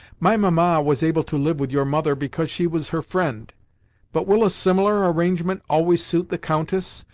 my mamma was able to live with your mother because she was her friend but will a similar arrangement always suit the countess,